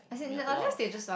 we have a lot of